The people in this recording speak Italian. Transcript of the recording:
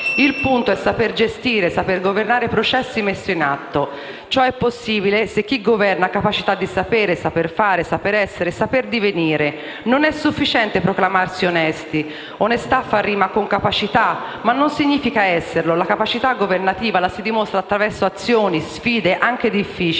Il punto è saper gestire e saper governare i processi messi in atto. Ciò è possibile se chi governa ha capacità di sapere: saper fare, saper essere, saper divenire. Non è sufficiente proclamarsi onesti. Onestà fa rima con capacità, ma non significa esserlo. La capacità governativa la si dimostra attraverso azioni e sfide, anche difficili,